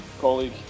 colleague